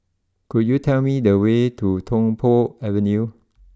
could you tell me the way to Tung Po Avenue